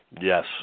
Yes